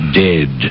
dead